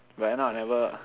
but right now I never